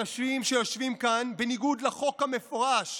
אנשים שיושבים כאן בניגוד לחוק המפורש,